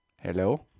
Hello